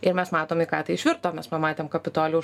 ir mes matom į ką tai išvirto mes pamatėm kapitolijaus